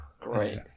great